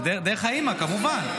זה דרך האימא, כמובן.